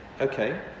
okay